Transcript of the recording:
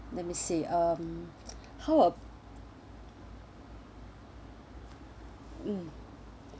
let me see mm how a mm